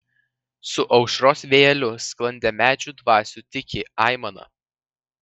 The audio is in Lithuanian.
su aušros vėjeliu sklandė medžių dvasių tyki aimana